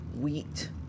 wheat